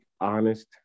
honest